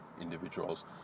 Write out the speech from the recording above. individuals